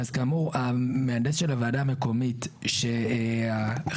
אז כאמור מהנדסה הוועדה המקומית שהחלק